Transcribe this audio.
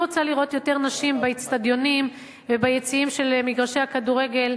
אני רוצה לראות יותר נשים באיצטדיונים וביציעים של מגרשי הכדורגל,